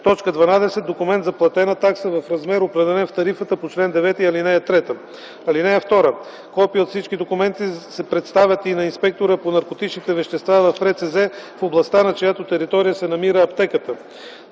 12. документ за платена такса в размер, определен в тарифата по чл. 9, ал.3. (2) Копия от всички документи се предоставят и на инспектора по наркотичните вещества в РЦЗ в областта, на чиято територия се намира аптеката.